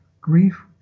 grief